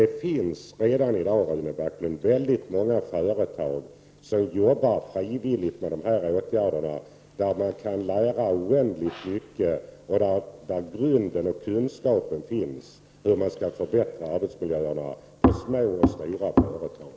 Det finns redan i dag väldigt många företag som jobbar frivilligt med de här frågorna. Av dem finns oändligt mycket att lära. Det är där kunskapen finns om hur man skall förbättra arbetsmiljöerna på både små och stora företag.